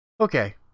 Okay